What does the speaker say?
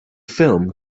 film